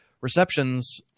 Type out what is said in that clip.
receptions